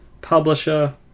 Publisher